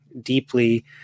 deeply